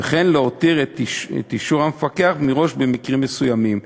וכן להותיר את אישור המפקח מראש במקרים מסוימים.